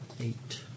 eight